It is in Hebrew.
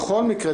בכל מקרה,